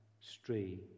stray